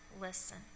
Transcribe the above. listen